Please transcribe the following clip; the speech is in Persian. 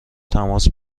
تماس